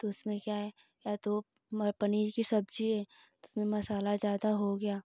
तो उसमें क्या है या तो पनीर कि सब्जी है तो उसमें मसाला ज़्यादा हो गया